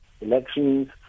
elections